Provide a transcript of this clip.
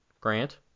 Grant